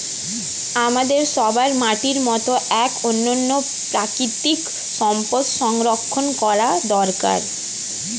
আমাদের সবার মাটির মতো এক অনন্য প্রাকৃতিক সম্পদ সংরক্ষণ করা দরকার